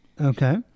Okay